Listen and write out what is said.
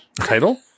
title